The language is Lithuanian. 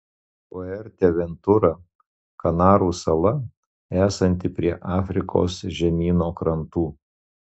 fuerteventura kanarų sala esanti prie afrikos žemyno krantų